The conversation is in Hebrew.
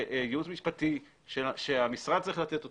שיעוץ משפטי שהמשרד צריך לתת אותו,